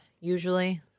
usually